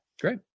great